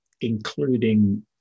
including